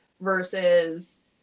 Versus